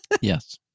Yes